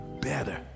better